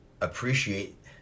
appreciate